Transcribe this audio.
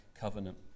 covenant